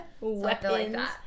weapons